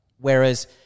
Whereas